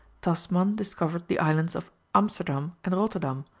tasman discovered the islands of amsterdam and rotterdam,